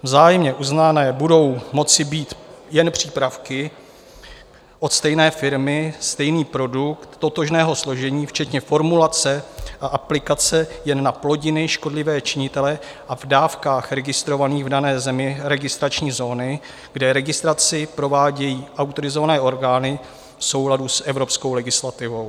Vzájemně uznané budou moci být jen přípravky od stejné firmy, stejný produkt totožného složení, včetně formulace a aplikace jen na plodiny, škodlivé činitele a v dávkách registrovaných v dané zemi, registrační zóny, kde registraci provádějí autorizované orgány v souladu s evropskou legislativou.